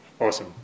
Awesome